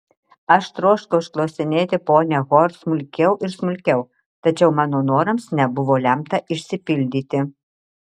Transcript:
aš troškau išklausinėti ponią hor smulkiau ir smulkiau tačiau mano norams nebuvo lemta išsipildyti